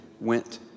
went